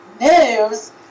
news